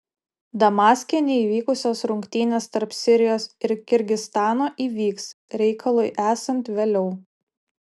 damaske neįvykusios rungtynės tarp sirijos ir kirgizstano įvyks reikalui esant vėliau